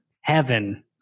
heaven